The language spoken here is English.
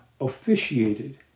officiated